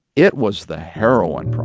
it was the heroin